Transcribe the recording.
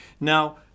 now